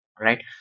Right